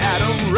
Adam